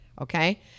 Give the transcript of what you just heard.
okay